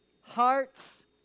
hearts